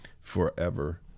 forever